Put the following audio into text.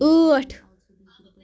ٲٹھ